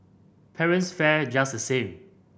parents fared just the same